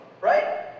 Right